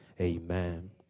Amen